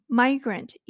，migrant，